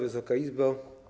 Wysoka Izbo!